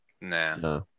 Nah